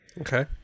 Okay